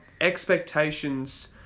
expectations